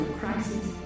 crisis